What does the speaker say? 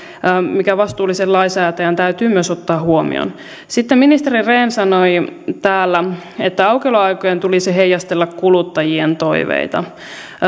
mikä vastuullisen lainsäätäjän täytyy myös ottaa huomioon sitten ministeri rehn sanoi täällä että aukioloaikojen tulisi heijastella kuluttajien toiveita